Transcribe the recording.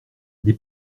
les